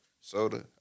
Soda